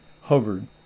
hovered